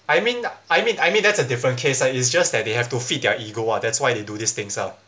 I mean I mean I mean that's a different case lah it's just that they have to feed their ego ah that's why they do this things ah